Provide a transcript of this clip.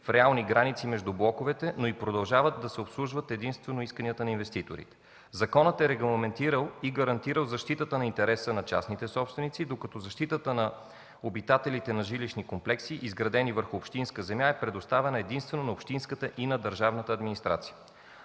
в реални граници между блоковете, но и продължават да се обслужват единствено исканията на инвеститорите. Законът е регламентирал и гарантирал защитата на интереса на частните собственици, докато защитата на обитателите на жилищни комплекси, изградени върху общинска земя е предоставена единствено на общинската и на държавната администрация.